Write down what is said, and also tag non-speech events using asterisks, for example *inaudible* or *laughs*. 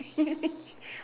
*laughs*